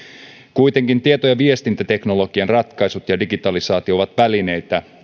kuitenkin tieto ja viestintäteknologian ratkaisut ja digitalisaatio ovat välineitä